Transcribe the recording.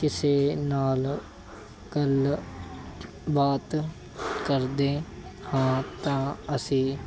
ਕਿਸੇ ਨਾਲ ਗੱਲਬਾਤ ਕਰਦੇ ਹਾਂ ਤਾਂ ਅਸੀਂ